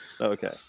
okay